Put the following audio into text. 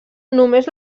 només